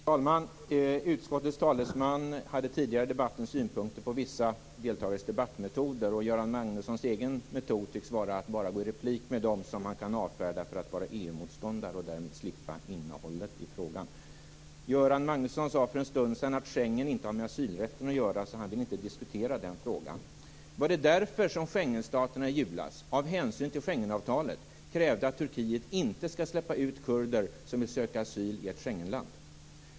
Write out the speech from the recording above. Herr talman! Utskottets talesman hade tidigare i debatten synpunkter på vissa deltagares debattmetoder. Göran Magnussons egen metod tycks vara att bara gå i replik med dem som han kan avfärda för att vara EU-motståndare och därmed slippa innehållet i frågan. Göran Magnusson sade för en stund sedan att Schengen inte har med asylrätten att göra och att han därför inte ville diskutera den frågan. Var det därför som Schengenstaterna i julas krävde, av hänsyn till Schengenavtalet, att Turkiet inte skall släppa ut kurder som vill söka asyl i ett Schengenland?